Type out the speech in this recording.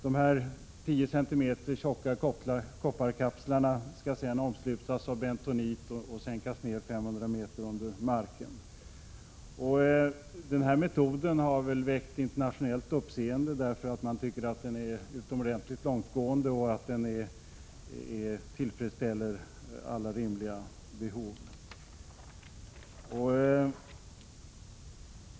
De tio centimeter tjocka kopparkapslarna skall sedan omslutas av bentonit och sänkas ned 500 meter i marken. Metoden har väckt internationellt uppseende, därför att man tycker att den är utomordentligt långtgående och tillfredsställer alla rimliga behov.